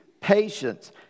patience